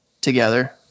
Together